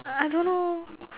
I don't know